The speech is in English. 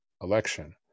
election